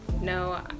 no